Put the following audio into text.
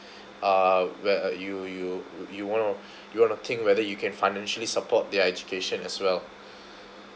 uh where uh you you you want to you want to think whether you can financially support their education as well